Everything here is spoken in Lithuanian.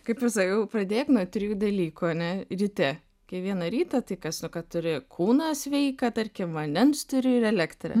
kaip ir sakiau pradėk nuo trijų dalykų ane ryte kiekvieną rytą tai kas turi kūną sveiką tarkim vandens turi ir elektrą